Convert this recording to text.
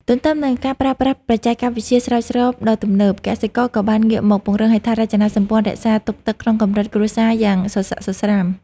ទន្ទឹមនឹងការប្រើប្រាស់បច្ចេកវិទ្យាស្រោចស្រពដ៏ទំនើប កសិករក៏បានងាកមកពង្រឹងហេដ្ឋារចនាសម្ព័ន្ធរក្សាទុកទឹកក្នុងកម្រិតគ្រួសារយ៉ាងសស្រាក់សស្រាំ។